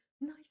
nice